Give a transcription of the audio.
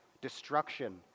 Destruction